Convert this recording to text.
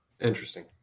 Interesting